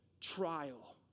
trial